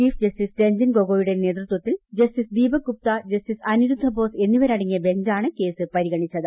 chief justice Ranjan ഗോഗോയുടെ നേതൃത്വത്തിൽ justice Deepak Gupta justice Aniruddha Bose എന്നിവരടങ്ങിയ ബെഞ്ചാണ് കേസ് പരിഗണിച്ചത്